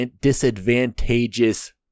disadvantageous